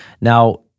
Now